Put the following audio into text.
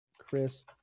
Chris